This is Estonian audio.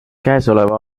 käesoleva